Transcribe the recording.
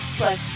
plus